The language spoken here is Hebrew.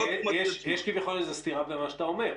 יש כביכול איזו סתירה במה שאתה אומר.